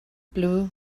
blew